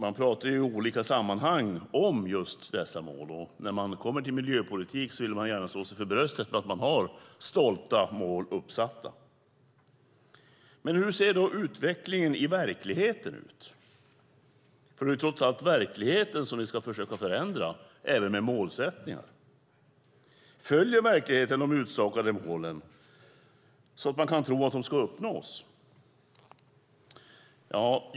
Man pratar ju i olika sammanhang om just dessa mål, och när det kommer till miljöpolitik vill man gärna slå sig bröstet för att man har stolta mål uppsatta. Men hur ser då utvecklingen ut i verkligheten? Det är ju trots allt verkligheten som vi ska försöka förändra, även med målsättningar. Följer verkligheten de utstakade målen så att man kan tro att de ska uppnås?